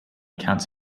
counts